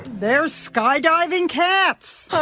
there's skydiving cats!